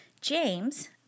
James